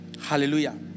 hallelujah